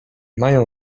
mają